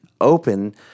open